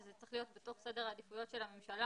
וזה צריך להיות בתוך סדר העדיפויות של הממשלה